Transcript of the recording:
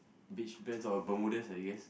beach pants or Bermudas I guess